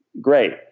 Great